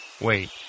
Wait